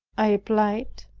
i replied,